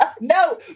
No